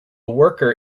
worker